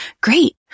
Great